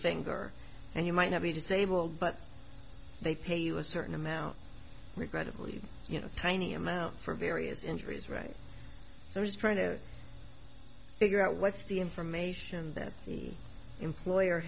finger and you might not be disabled but they pay you a certain amount regrettably you know tiny amounts for various injuries right there is trying to figure out what's the information that the employer